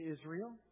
Israel